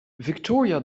victoria